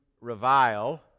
Revile